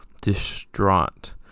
distraught